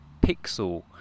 pixel